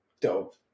Dope